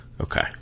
Okay